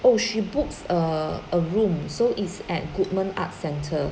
oh she books err a room so it's at goodman arts centre